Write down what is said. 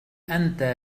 أنت